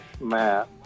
Matt